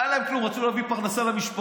לא היה להם כלום, רצו להביא פרנסה למשפחה.